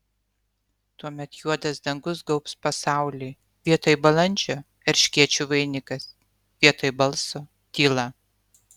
tuomet juodas dangus gaubs pasaulį vietoj balandžio erškėčių vainikas vietoj balso tyla